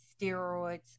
steroids